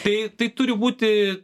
tai tai turi būti